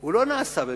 לא נעשה במחשכים.